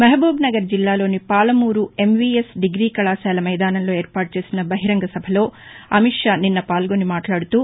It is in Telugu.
మహబూబ్నగర్ జిల్లాలోని పాలమూరు ఎంవీఎస్ డిగ్రీ కళాశాల మైదాసంలో ఏర్పాటు చేసిన బహిరంగ సభలో నిన్న అమిత్షా పాల్గొని మాట్లాడుతూ